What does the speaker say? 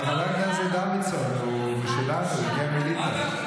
אבל חבר הכנסת דוידסון הוא משלנו, הגיע מליטא.